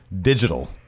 digital